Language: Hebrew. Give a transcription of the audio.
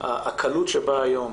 הקלות שבה היום